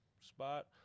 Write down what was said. spot